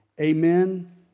Amen